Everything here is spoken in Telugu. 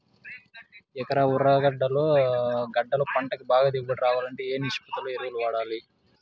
ఎకరా ఉర్లగడ్డలు గడ్డలు పంటకు బాగా దిగుబడి రావాలంటే ఏ ఏ నిష్పత్తిలో ఏ ఎరువులు వాడాలి?